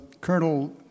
Colonel